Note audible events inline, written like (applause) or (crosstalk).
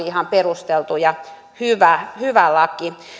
(unintelligible) ihan perusteltu ja hyvä hyvä laki